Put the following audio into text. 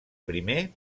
primer